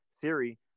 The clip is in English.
siri